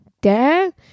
Dad